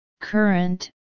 current